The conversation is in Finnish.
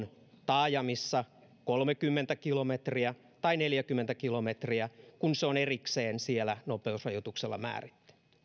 taajamissa kolmekymmentä kilometriä tai neljäkymmentä kilometriä kun se on erikseen siellä nopeusrajoituksella määrätty itse asiassa korirakenne nimenomaan on myös jalankulkijoille mopoautoja huomattavasti